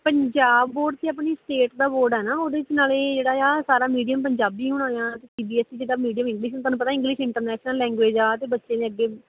Punjab board ਤਾਂ ਆਪਣੀ state ਦਾ ਬੋਰਡ ਹੈ ਨਾ ਉਹਦੇ 'ਚ ਨਾਲੇ ਜਿਹੜਾ ਆ ਸਾਰਾ ਮੀਡੀਅਮ ਪੰਜਾਬੀ ਹੁਣਾ ਆ ਅਤੇ ਸੀ ਬੀ ਐਸ ਈ ਦੇ ਤਾਂ ਮੀਡੀਅਮ ਇੰਗਲਿਸ਼ ਹੁਣ ਤੁਹਾਨੂੰ ਪਤਾ ਇੰਗਲਿਸ਼ ਇੰਟਰਨੈਸ਼ਨਲ ਲੈਂਗੁਏਜ਼ ਆ ਅਤੇ ਬੱਚੇ ਨੇ ਅੱਗੇ